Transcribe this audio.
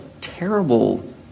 terrible